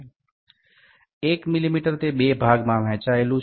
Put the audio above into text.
1 millimetre તે બે ભાગમાં વહેંચાયેલું છે